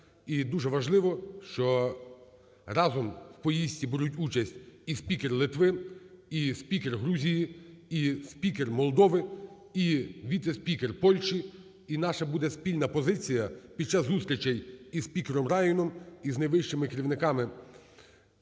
і дуже важливо, що разом у поїздці беруть участь і спікер Литви, і спікер Грузії, і спікер Молдови, і віце-спікер Польщі і наша буде спільна позиція під час зустрічей із спікером Раяном із найвищими керівниками